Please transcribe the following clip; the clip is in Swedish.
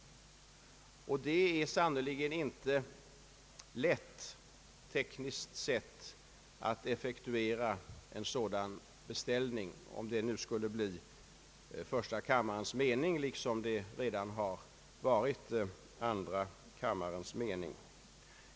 Det är sannerligen inte så lätt tekniskt sett att effektuera en sådan beställning, om det nu skulle bli första kammarens mening liksom det redan varit andra kammarens mening.